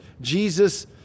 Jesus